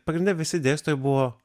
pagrinde visi dėstytojai buvo